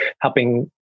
helping